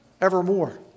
evermore